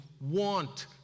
want